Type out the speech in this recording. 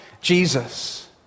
Jesus